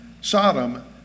Sodom